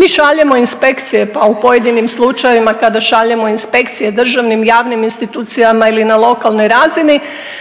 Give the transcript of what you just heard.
mi šaljemo inspekcije, pa u pojedinim slučajevima kada šaljemo inspekcije državnim, javnim institucijama ili na lokalnoj razini